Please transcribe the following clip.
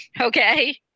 Okay